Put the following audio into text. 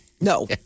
No